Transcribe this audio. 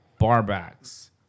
barbacks